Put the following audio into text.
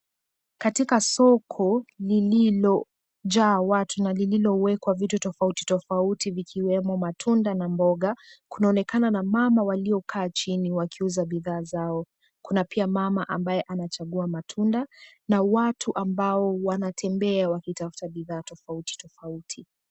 Katika soko lililojaa watu na lililowekwa vitu tofauti tofauti vikiwemo matunda na mboga. Kunaonekana na mama waliokaa chini wakiuza bidhaa zao. Kuna pia mama ambaye anachagua matunda na watu ambao wanatembea wakitafuta bidhaa tofauti tofauti.